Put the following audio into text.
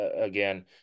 again